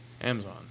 Amazon